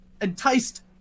enticed